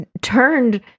turned